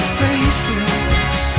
faces